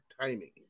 timing